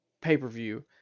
pay-per-view